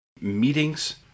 Meetings